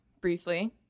briefly